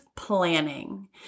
Planning